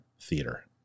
theater